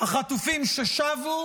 החטופים ששבו